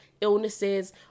illnesses